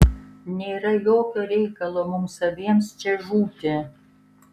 nėra jokio reikalo mums abiem čia žūti